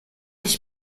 ich